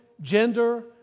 gender